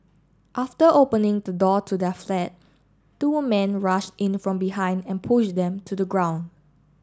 after opening the door to their flat two men rushed in from behind and pushed them to the ground